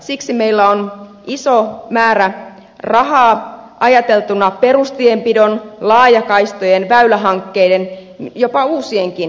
siksi meillä on iso määrä rahaa ajateltuna perustienpidon laajakaistojen väylähankkeiden jopa uusienkin avaamiseen